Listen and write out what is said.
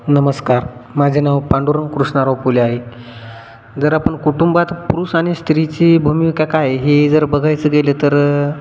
नमस्कार माझे नाव पांडुरंग कृष्णाराव पोले आहे जर आपण कुटुंबात पुरुष आणि स्त्रीची भूमिका काय ही जर बघायचं गेले तर